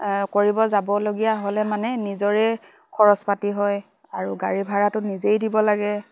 কৰিব যাবলগীয়া হ'লে মানে নিজৰে খৰচ পাতি হয় আৰু গাড়ী ভাড়াটো নিজেই দিব লাগে